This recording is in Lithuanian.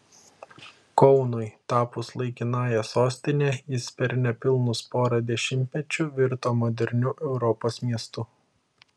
kaunui tapus laikinąja sostine jis per nepilnus pora dešimtmečių virto moderniu europos miestu